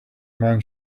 man